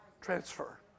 Transfer